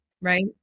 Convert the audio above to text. right